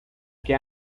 que